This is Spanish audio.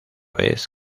vez